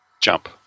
Jump